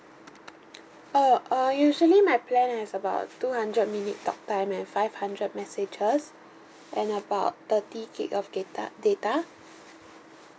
orh uh usually my plan is about two hundred minute talk time and five hundred messages and about thirty gig of gata data